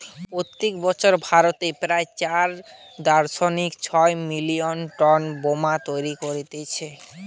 প্রত্যেক বছর ভারতে প্রায় চার দশমিক ছয় মিলিয়ন টন ব্যাম্বু তৈরী হতিছে